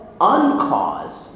uncaused